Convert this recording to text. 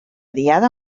diada